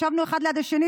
ישבנו אחד ליד השני,